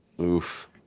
Oof